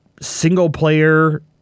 single-player